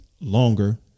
longer